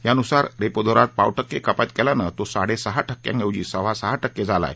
यानुसार रेपो दरात पाव टक्के कपात केल्यानं तो साडे सहा टक्क्यांऐवजी सव्वा सहा टक्के तिका झाला आहे